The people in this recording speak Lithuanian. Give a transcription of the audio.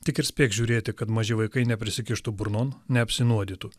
tik ir spėk žiūrėti kad maži vaikai neprisirištų burnon neapsinuodytų